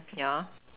ya